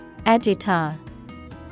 Agita